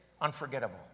unforgettable